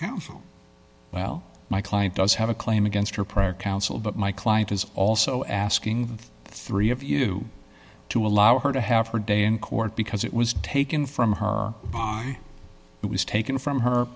counsel well my client does have a claim against her prior counsel but my client is also asking the three of you to allow her to have her day in court because it was taken from her that was taken from her